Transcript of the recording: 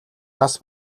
нас